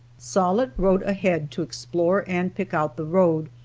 sollitt rode ahead to explore and pick out the road,